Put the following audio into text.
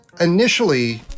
initially